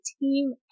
team